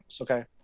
okay